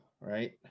right